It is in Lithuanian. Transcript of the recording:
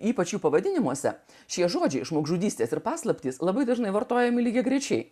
ypač jų pavadinimuose šie žodžiai žmogžudystės ir paslaptys labai dažnai vartojami lygiagrečiai